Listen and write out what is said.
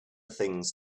things